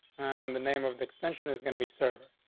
the name of the extension is going to be server.